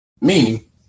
Meaning